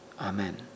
Amen